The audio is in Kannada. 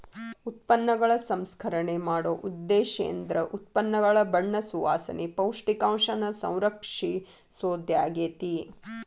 ಉತ್ಪನ್ನಗಳ ಸಂಸ್ಕರಣೆ ಮಾಡೊ ಉದ್ದೇಶೇಂದ್ರ ಉತ್ಪನ್ನಗಳ ಬಣ್ಣ ಸುವಾಸನೆ, ಪೌಷ್ಟಿಕಾಂಶನ ಸಂರಕ್ಷಿಸೊದಾಗ್ಯಾತಿ